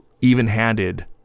even-handed